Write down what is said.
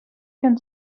can